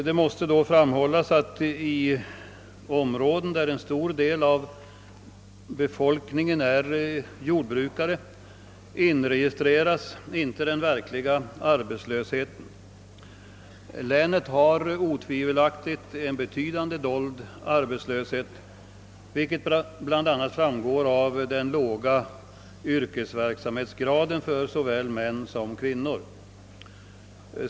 Jag vill här framhålla att i områden där en stor del av befolkningen är jordbrukare inregistreras inte den verkliga arbetslösheten. Länet har otvivelaktigt en betydande dold arbetslöshet, vilket bl.a. framgår av den låga yrkesverksamhetsgraden för såväl män som kvinnor.